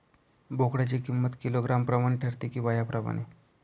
बोकडाची किंमत किलोग्रॅम प्रमाणे ठरते कि वयाप्रमाणे?